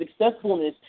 successfulness